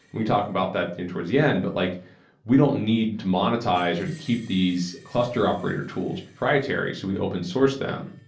we talk about that towards the end, but like we don't need to monetize or to keep these cluster operator tools proprietary. so we open-source them,